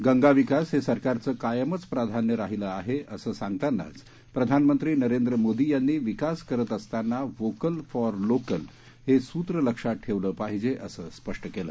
गंगाविकास हे सरकारचं कायमच प्राधान्य राहिलं आहे असं सांगतानाच प्रधानमंत्री नरेंद्र मोदी यांनी विकास करत असताना व्होकल फॉर लोकल हे सूत्र लक्षात ठेवलं पाहिजे असं स्पष्ट केलं